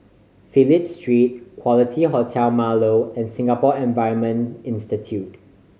Phillip Street Quality Hotel Marlow and Singapore Environment Institute